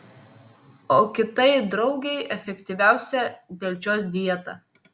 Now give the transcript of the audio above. o kitai draugei efektyviausia delčios dieta